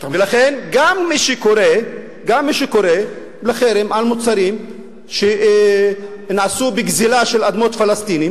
לכן גם מי שקורא לחרם על מוצרים שנעשו בגזלה של אדמות פלסטינים